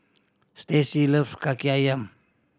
Stacie loves Kaki Ayam